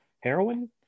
heroin